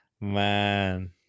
Man